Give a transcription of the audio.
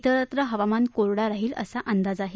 तेरत्र हवामान कोरडं राहील असा अंदाज आहे